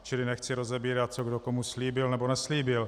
Čili nechci rozebírat, co kdo komu slíbil nebo neslíbil.